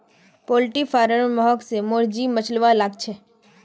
poultry फारमेर महक स मोर जी मिचलवा लाग छ